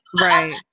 Right